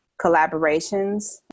collaborations